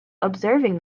observing